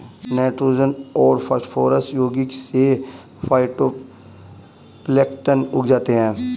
nitrogen और phosphorus यौगिक से फाइटोप्लैंक्टन उग जाते है